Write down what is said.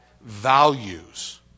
values